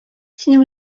синең